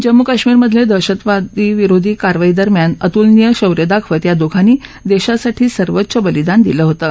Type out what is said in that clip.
जम्मू कश्मीरमधले दहशतवादी विरोधी करावाईदरम्यान अतुलनिय शौर्य दाखवत या दोघांनी देशासाठी सर्वोच्च बलिदान दिलं होतं